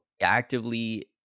actively